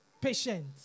patient